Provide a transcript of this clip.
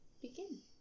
begin